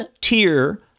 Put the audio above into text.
tier